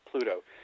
Pluto